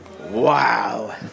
Wow